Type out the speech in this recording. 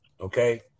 okay